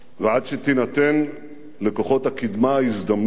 ועד שתינתן לכוחות הקדמה הזדמנות